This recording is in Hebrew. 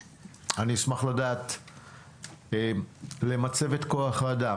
אני אשמח למצבת כוח האדם,